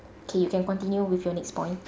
okay you can continue with your next point